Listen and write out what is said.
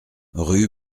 rue